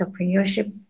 entrepreneurship